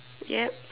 yup